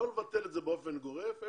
לא לבטל את זה באופן גורף,